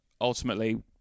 ultimately